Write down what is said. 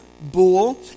bull